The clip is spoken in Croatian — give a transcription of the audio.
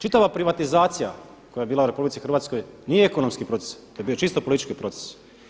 Čitava privatizacija koja je bila u RH nije ekonomski proces, to je bio čisto politički proces.